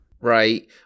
Right